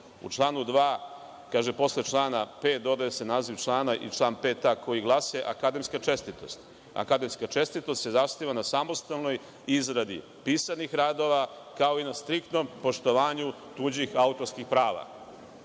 U članu 2. kaže – posle člana 5. dodaje se naziv člana i član 5a koji glasi – akademska čestitost. Akademska čestitost se zasniva na samostalnoj izradi pisanih radova, kao i na striktnom poštovanju tuđih autorskih prava. Koji